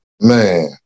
Man